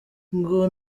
ngo